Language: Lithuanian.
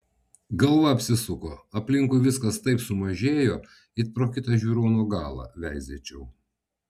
galva apsisuko aplinkui viskas taip sumažėjo it pro kitą žiūrono galą veizėčiau